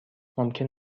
ممکن